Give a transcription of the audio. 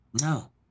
No